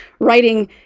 writing